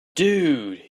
dude